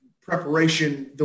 preparation